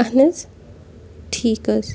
اہَن حظ ٹھیٖک حٕظ